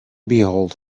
behold